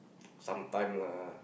sometime lah